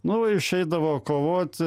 nu išeidavo kovot